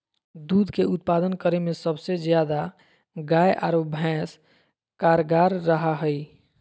दूध के उत्पादन करे में सबसे ज्यादा गाय आरो भैंस कारगार रहा हइ